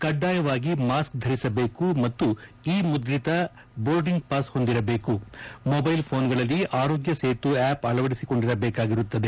ಕಡ್ಡಾಯವಾಗಿ ಮಾಸ್ಕ್ ಧರಿಸಬೇಕು ಮತ್ತು ಇ ಮುದ್ರಿತ ಬೋರ್ಡಿಂಗ್ ಪಾಸ್ ಹೊಂದಿರಬೇಕು ಮೊಬೈಲ್ ಫೋನ್ಗಳಲ್ಲಿ ಆರೋಗ್ಯ ಸೇತು ಆಪ್ ಅಳವಡಿಸಿಕೊಂಡಿರಬೇಕಾಗಿರುತ್ತದೆ